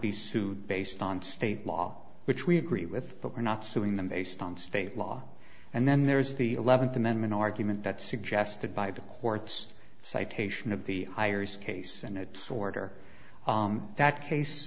be sued based on state law which we agree with but we're not suing them based on state law and then there is the eleventh amendment argument that suggested by the courts citation of the ayers case and it's order that case